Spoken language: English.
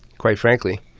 quite frankly,